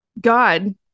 God